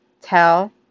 tell